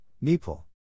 Nepal